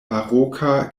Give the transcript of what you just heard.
baroka